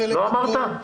לא אמרת?